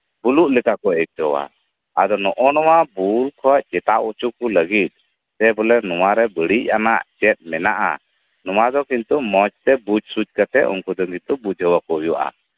ᱵᱩᱞᱩᱜ ᱞᱮᱠᱟ ᱠᱚ ᱟᱹᱭᱠᱟᱹᱣᱟ ᱩᱱᱠᱩ ᱠᱷᱚᱱ ᱪᱮᱴᱟᱣ ᱦᱚᱪᱚ ᱞᱟᱹᱜᱤᱫ ᱯᱮ ᱵᱚᱞᱮ ᱱᱚᱣᱟ ᱠᱚ ᱵᱟᱹᱲᱤᱡ ᱟᱱᱟᱜ ᱱᱚᱣᱟ ᱫᱚ ᱠᱤᱱᱛᱩ ᱢᱚᱸᱡᱛᱮ ᱵᱩᱡ ᱥᱩᱡ ᱠᱟᱛᱮᱜ ᱠᱟᱹᱢᱤ ᱠᱚ ᱵᱩᱡᱷᱟᱹᱣ ᱟᱠᱚ ᱦᱩᱭᱩᱜᱼᱟ